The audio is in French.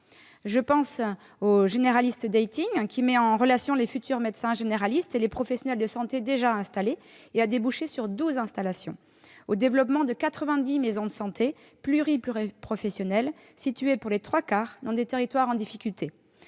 l'opération généraliste, qui met en relation les futurs médecins généralistes et les professionnels de santé déjà installés, et qui a déjà débouché sur douze installations. Je pense aussi au développement de 90 maisons de santé pluriprofessionnelles situées, pour les trois quarts, dans des territoires en difficulté.